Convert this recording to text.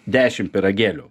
dešim pyragėlių